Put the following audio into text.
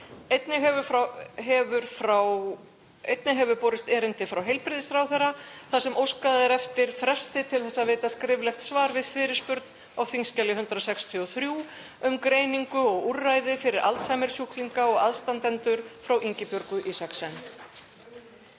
Einnig hefur borist erindi frá heilbrigðisráðherra þar sem óskað er eftir fresti til þess að veita skriflegt svar við fyrirspurn á þskj. 163, um greiningu og úrræði fyrir alzheimersjúklinga og aðstandendur, frá Ingibjörgu Isaksen.